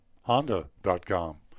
honda.com